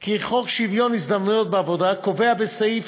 כי בחוק שוויון ההזדמנויות בעבודה נקבע בסעיף